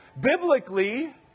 Biblically